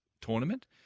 tournament